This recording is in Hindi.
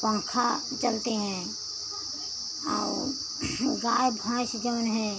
पंखा चलते हैं और गाय भैंस जौन हैं